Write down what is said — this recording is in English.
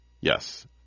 Yes